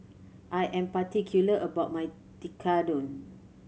I am particular about my Tekkadon